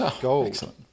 gold